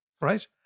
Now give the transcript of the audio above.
right